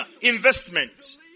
investment